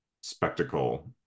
spectacle